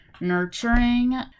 Nurturing